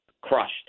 crushed